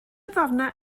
ddarnau